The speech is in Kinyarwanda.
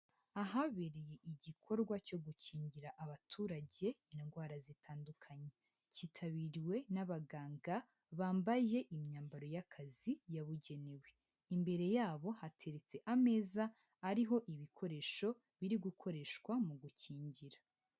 Ahabereye igikorwa cyo gukingira abaturage indwara zitandukanye. Cyitabiriwe n'abaganga bambaye imyambaro y'akazi yabugenewe, imbere yabo hateretse ameza ariho ibikoresho biri gukoreshwa mu gukingira.